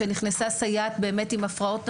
שנכנסה סייעת באמת עם הפרעות נפשיות.